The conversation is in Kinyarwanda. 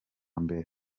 mbere